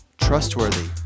Trustworthy